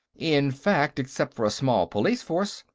in fact, except for a small police-force,